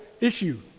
issue